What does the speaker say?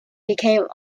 became